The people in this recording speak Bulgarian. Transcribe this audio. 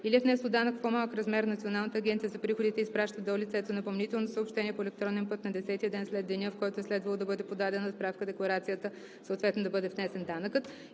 или е внесло данък в по-малък размер, Националната агенция за приходите изпраща до лицето напомнително съобщение по електронен път на 10-ия ден след деня, в който е следвало да бъде подадена справка-декларацията, съответно да бъде внесен данъкът,